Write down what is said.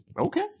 Okay